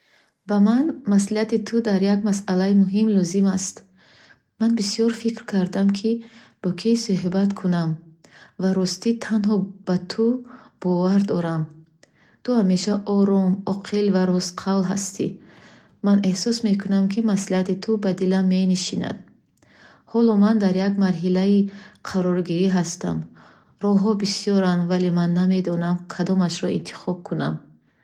Ба ман маслиҳати ту дар як масъалаи муҳим лозим аст. Ман бисёр фикр кардам, ки бо кӣ сӯҳбат кунам, ва ростӣ, танҳо ба ту бовар дорам. Ту ҳамеша ором, оқил ва ростқавл ҳастӣ. Ман эҳсос мекунам, ки маслиҳати ту ба дилам менишинад. Ҳоло ман дар як марҳилаи қароргирӣ ҳастам. Роҳҳо бисёранд, вале ман намедонам, кадомашро интихоб кунам.